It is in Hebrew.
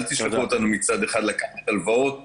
אל תשלחו אותנו מצד אחד לקחת הלוואות ואז,